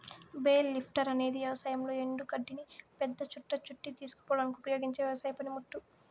bale lifter అనేది వ్యవసాయంలో ఎండు గడ్డిని పెద్ద చుట్ట చుట్టి తీసుకుపోవడానికి ఉపయోగించే వ్యవసాయ పనిముట్టు